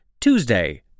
Tuesday